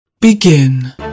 Begin